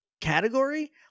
category